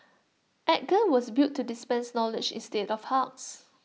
edgar was built to dispense knowledge instead of hugs